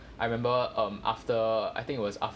I remember um after I think it was af~